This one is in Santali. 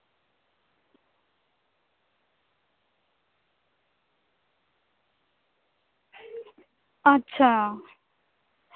ᱟᱪᱪᱷᱟ